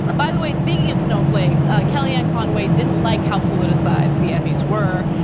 by the way, speaking of snowflakes, kellyanne conway didn't like how politicized the emmys were.